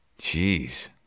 jeez